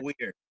weird